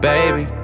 Baby